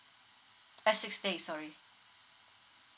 uh six day sorry